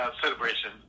celebration